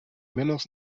menos